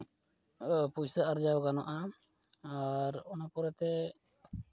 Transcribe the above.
ᱯᱚᱭᱥᱟᱹ ᱟᱨᱡᱟᱣ ᱜᱟᱱᱚᱜᱼᱟ ᱟᱨ ᱚᱱᱟ ᱯᱚᱨᱮᱛᱮ